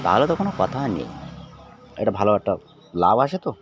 তাহলে তো কোনো কথাই নেই এটা ভালো একটা লাভ আসে তো